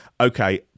Okay